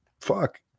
Fuck